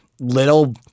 little